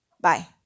Bye